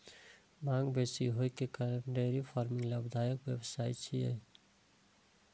मांग बेसी होइ के कारण डेयरी फार्मिंग लाभदायक व्यवसाय छियै